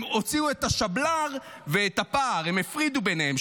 הם הוציאו את השבל"ר ואת הפער, הם הפרידו ביניהם.